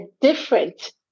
different